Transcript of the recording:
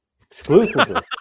Exclusively